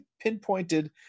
pinpointed